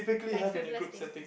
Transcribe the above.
like frivolous thing